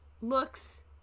looks